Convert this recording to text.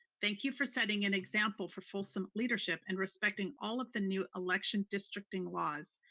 thank you for setting an example for folsom leadership, and respecting all of the new election districting laws.